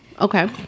Okay